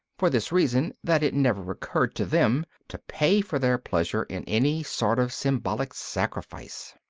for this reason, that it never occurred to them to pay for their pleasure in any sort of symbolic sacrifice.